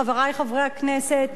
חברי חברי הכנסת,